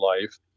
life